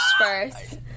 first